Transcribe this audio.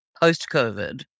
post-COVID